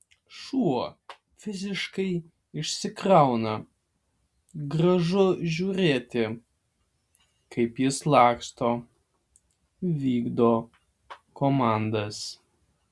šuo fiziškai išsikrauna gražu žiūrėti kaip jis laksto vykdo komandas